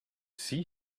see